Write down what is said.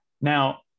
Now